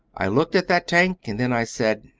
i looked at that tank, and then i said,